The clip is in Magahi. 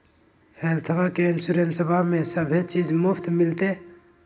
हेल्थबा के इंसोरेंसबा में सभे चीज मुफ्त मिलते?